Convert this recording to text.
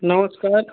नमस्कार